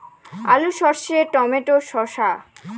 আলু সর্ষে টমেটো শসা